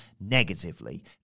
negatively